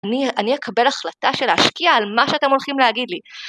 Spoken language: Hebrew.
אני אקבל החלטה של להשקיע על מה שאתם הולכים להגיד לי.